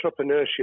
entrepreneurship